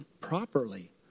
properly